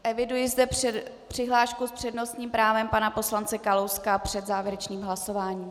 Eviduji zde přihlášku s přednostním právem pana poslance Kalouska před závěrečným hlasováním.